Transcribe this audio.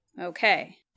Okay